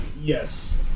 Yes